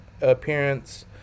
appearance